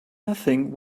nothing